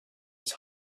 his